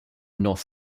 north